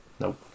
Nope